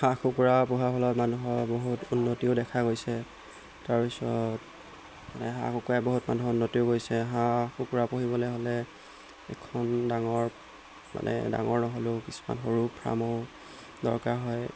হাঁহ কুকুৰা পোহাৰ ফলত মানুহৰ বহুত উন্নতিও দেখা গৈছে তাৰপিছত মানে হাঁহ কুকুৰাই বহুত মানুহৰ উন্নতিও কৰিছে হাঁহ কুকুৰা পুহিবলৈ হ'লে এখন ডাঙৰ মানে ডাঙৰ নহ'লেও কিছুমান সৰু ফাৰ্মৰ দৰকাৰ হয়